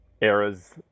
eras